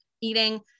eating